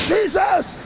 Jesus